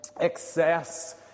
Excess